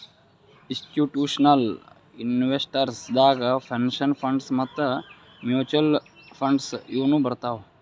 institutional investors ದಾಗ್ pension funds ಮತ್ತ್ mutual funds ಇವ್ನು ಬರ್ತವ್